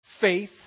Faith